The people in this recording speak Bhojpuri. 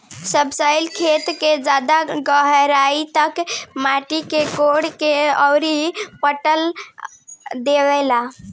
सबसॉइलर खेत के ज्यादा गहराई तक माटी के कोड़ के अउरी पलट देवेला